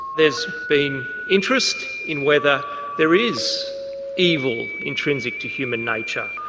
there's been interest in whether there is evil intrinsic to human nature,